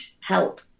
help